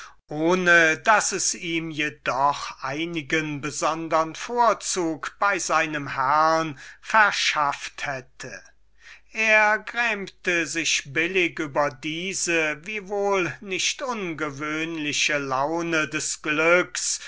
ohne daß es ihm jedoch einigen besondern vorzug bei seinem herrn verschaffet hätte philistus gramte sich billig über diese wiewohl nicht ungewöhnliche laune des glücks